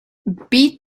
beat